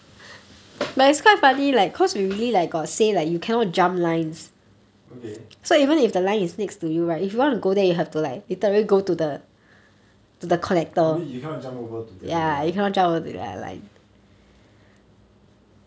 okay probably you cannot jump over to the other line